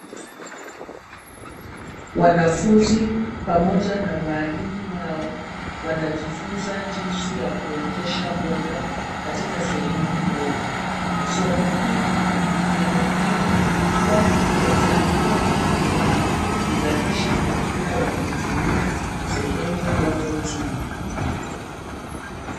Wanafunzi pamoja na walimu wao wanajifunza jinsi ya kuotesha mboga katika sehemu ndogo. Somo hili ni muhimu kwani huwasaidia watu wengi kuzalisha vyakula wakitumia sehemu ndogo tu.